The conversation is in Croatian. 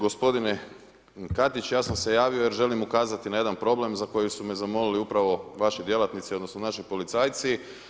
Gospodine Katić, ja sam se javio jer želim ukazati na jedan problem za koji su me zamolili upravo vaši djelatnici, odnosno naši policajci.